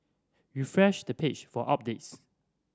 refresh the page for updates